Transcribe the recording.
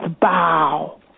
bow